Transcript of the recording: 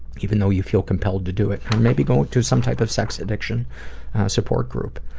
even though you feel compelled to do it. or maybe go to some type of sex addiction support group.